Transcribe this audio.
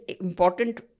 important